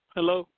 Hello